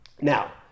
now